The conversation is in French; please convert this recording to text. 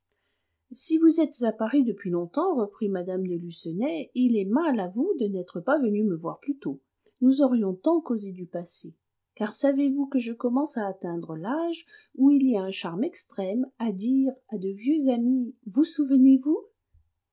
si vous êtes à paris depuis longtemps reprit mme de lucenay il est mal à vous de n'être pas venu me voir plus tôt nous aurions tant causé du passé car savez-vous que je commence à atteindre l'âge où il y a un charme extrême à dire à de vieux amis vous souvenez-vous